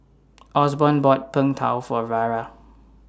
Osborn bought Png Tao For Vara